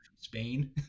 Spain